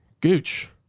Gooch